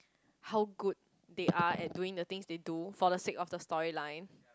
how good they are at doing the things they do for the sake of the storyline